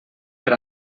per